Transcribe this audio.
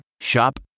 Shop